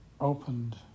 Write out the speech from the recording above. opened